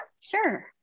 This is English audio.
Sure